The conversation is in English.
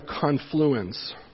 confluence